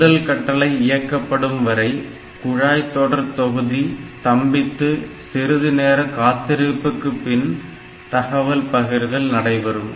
முதல் கட்டளை இயக்கப்படும் வரை குழாய்தொடர்தொகுதி ஸ்தம்பித்து சிறுது நேர காத்திருப்புக்கு பின் தகவல் பகிர்தல் நடைபெறும்